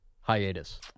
hiatus